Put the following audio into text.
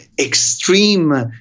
extreme